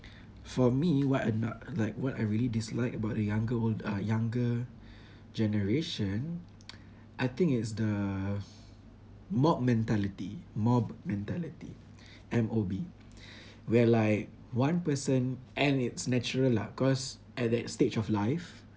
for me what I not like what I really dislike about the younger old~ uh younger generation I think it's the mob mentality mob mentality M O B where like one person and it's natural lah cause at that stage of life